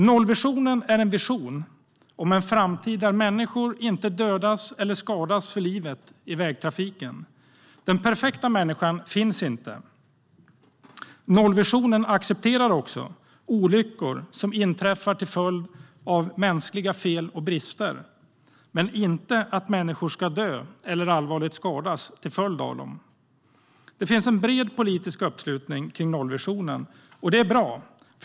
Nollvisionen är en vision om en framtid där människor inte dödas eller skadas för livet i vägtrafiken. Det finns en bred politisk uppslutning kring nollvisionen, och det är bra.